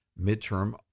midterm